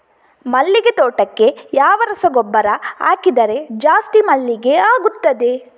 ಮಲ್ಲಿಗೆ ತೋಟಕ್ಕೆ ಯಾವ ರಸಗೊಬ್ಬರ ಹಾಕಿದರೆ ಜಾಸ್ತಿ ಮಲ್ಲಿಗೆ ಆಗುತ್ತದೆ?